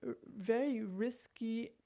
very risky,